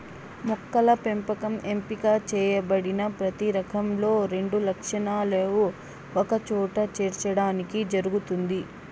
మొక్కల పెంపకం ఎంపిక చేయబడిన ప్రతి రకంలో రెండు లక్షణాలను ఒకచోట చేర్చడానికి జరుగుతుంది